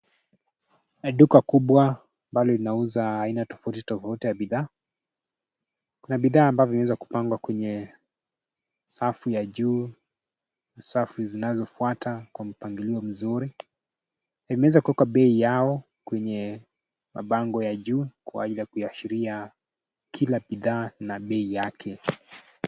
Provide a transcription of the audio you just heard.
Duka kubwa ambalo inauza aina tofauti tofauti ya bidhaa. Kuna bidhaa ambayo vimeweza kupangwa kwenye safu ya juu na safu zinazofuata kwa mpangilio mzuri. Limeweza kuweka bei yao kwenye mabango ya juu kwa aidha kuashiria kila bidhaa na bei yake.